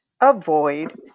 avoid